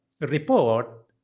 report